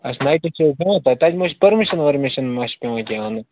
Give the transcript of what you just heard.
اچھا نایٹس چھِ حظ دِوان تَتہِ تَتہِ ما حظ چھُ پٔرمِشن ؤرمِشن ما چھِ پیٚوان کیٚنٛہہ انُن